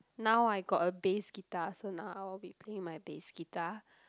now I got a bass guitar so now I'll be playing my bass guitar